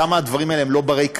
כמה הדברים האלה לא בני-קיימא,